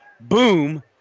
boom